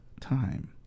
time